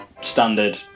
standard